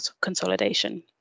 consolidation